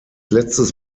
letztes